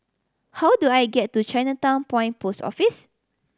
how do I get to Chinatown Point Post Office